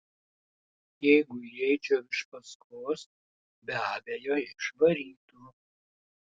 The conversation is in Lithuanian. jeigu įeičiau iš paskos be abejo išvarytų